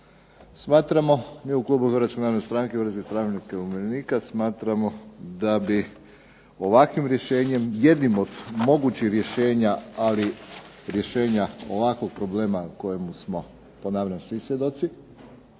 HSU-a da bi ovakvim rješenjem, jednim od mogućih rješenja ali rješenja ovakvog problema ponavljam kojemu smo svi svjedoci,